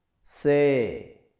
Say